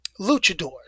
luchadors